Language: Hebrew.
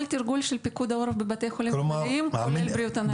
כל תרגול של פיקוד העורף בבתי החולים הכלליים כולל את בריאות הנפש.